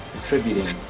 Contributing